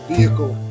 vehicle